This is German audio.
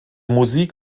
musik